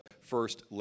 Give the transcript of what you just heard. first